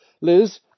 Liz